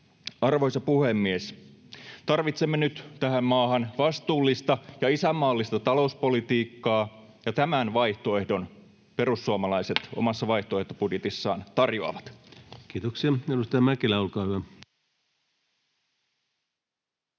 Arvoisa puhemies! Tarvitsemme nyt tähän maahan vastuullista ja isänmaallista talouspolitiikkaa, ja tämän vaihtoehdon perussuomalaiset omassa vaihtoehtobudjetissaan tarjoavat. Kiitoksia. — Edustaja Mäkelä, olkaa hyvä.